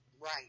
right